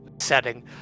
setting